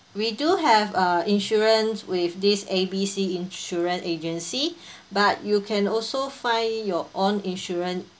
we do have uh insurance with this A B C insurance agency but you can also find your own insurance